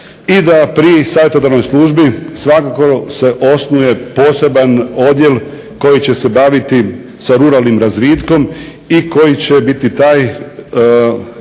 i da pri savjetodavnoj službi svakako se osnuje poseban odjela koji će se baviti sa ruralnim razvitkom i koji će biti taj